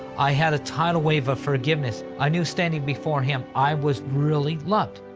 i had a tidalwave of forgiveness. i knew standing before him, i was really loved.